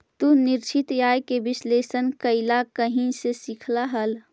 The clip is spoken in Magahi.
तू निश्चित आय के विश्लेषण कइला कहीं से सीखलऽ हल?